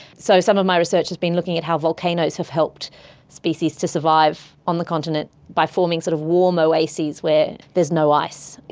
so some of my research has been looking at how volcanoes have helped species to survive on the continent by forming sort of warm oases where there is no ice.